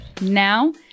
Now